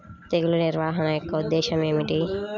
తెగులు నిర్వహణ యొక్క ఉద్దేశం ఏమిటి?